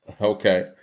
Okay